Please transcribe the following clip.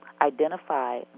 identify